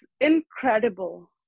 incredible